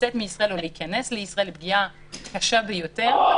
לצאת או להיכנס לישראל היא פגיעה קשה ביותר,